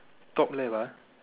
top left ah